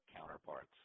counterparts